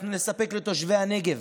אנחנו נספק לתושבי הנגב